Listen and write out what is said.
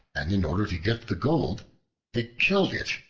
and in order to get the gold they killed it.